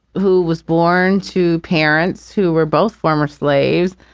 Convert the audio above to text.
who was born to parents who were both former slaves,